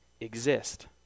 exist